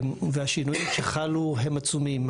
והשינויים שחלו הם עצומים.